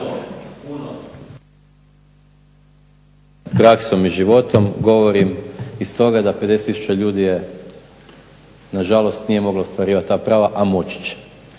… i životom govorim i stoga da 50 tisuća ljudi je nažalost nije moglo ostvarivati ta prava, a moći će.